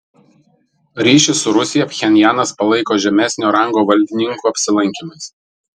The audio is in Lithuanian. ryšį su rusija pchenjanas palaiko žemesnio rango valdininkų apsilankymais